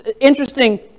interesting